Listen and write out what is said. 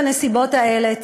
בנסיבות האלה,